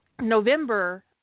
November